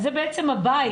אז הן בעצם הבית.